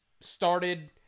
started